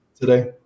today